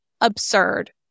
absurd